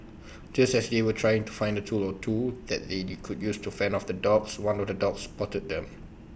just as they were trying to find A tool or two that they could use to fend off the dogs one of the dogs spotted them